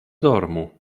dormu